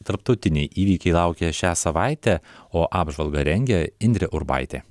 tarptautiniai įvykiai laukia šią savaitę o apžvalgą rengė indrė urbaitė